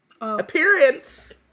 appearance